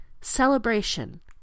celebration